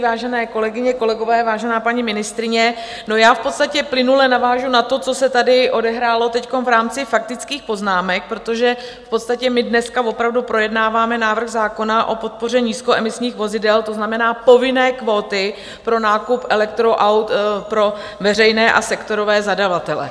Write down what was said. Vážené kolegyně a kolegové, vážená paní ministryně, v podstatě plynule navážu na to, co se tady teď odehrálo v rámci faktických poznámek, protože v podstatě dneska opravdu projednáváme návrh zákona o podpoře nízkoemisních vozidel, to znamená povinné kvóty pro nákup elektroaut pro veřejné a sektorové zadavatele.